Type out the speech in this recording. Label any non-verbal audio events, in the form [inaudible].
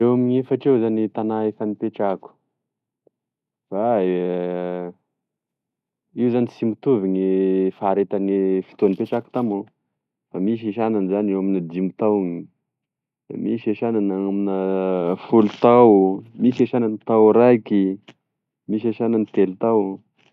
Eo amigne efatry eo zany gne tagna efa nipetrahako da [hesitation] io zany sy mitovy gne faharetagne fotoa nipetrahako tamignao da misy e sagnany zany eo amine dimy tao da misy gne sagnany eo amina folo tao misy e sagnany tao raiky misy sagnany telo tao.